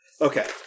Okay